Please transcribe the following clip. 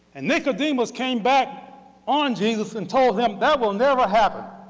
and nicodemus came back on jesus and told him that will never happen.